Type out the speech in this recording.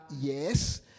yes